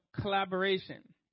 collaboration